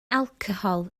alcohol